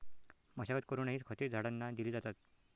मशागत करूनही खते झाडांना दिली जातात